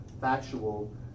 factual